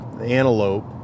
antelope